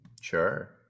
Sure